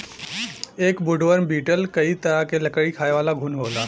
एक woodworm beetle कई तरह क लकड़ी खायेवाला घुन होला